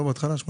80